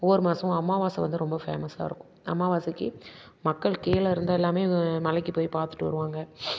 ஒவ்வொரு மாசமும் அமாவாச வந்து ரொம்ப ஃபேமஸாக இருக்கும் அமாவாசைக்கி மக்கள் கீழே இருந்து எல்லாமே மலைக்கு போய் பார்த்துட்டு வருவாங்க